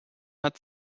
hat